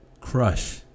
crush